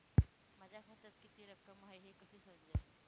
माझ्या खात्यात किती रक्कम आहे हे कसे समजेल?